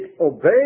obey